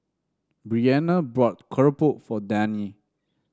Breana bought keropok for Dani